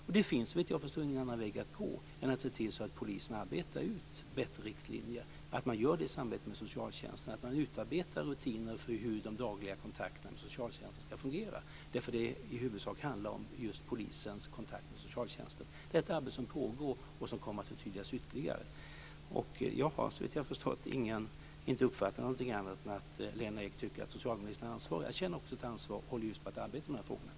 Och det finns såvitt jag förstår ingen annan väg att gå än att se till att polisen utarbetar bättre riktlinjer, att man gör det i samarbete med socialtjänsten och att man utarbetar rutiner för hur de dagliga kontakterna med socialtjänsten ska fungera därför att det i huvudsak handlar om just polisens kontakt med socialtjänsten. Detta är ett arbete som pågår och som kommer att förtydligas ytterligare. Jag har inte uppfattat något annat än att Lena Ek tycker att socialministern är ansvarig. Jag känner också ett ansvar och håller just på att arbeta med dessa frågor.